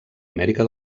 amèrica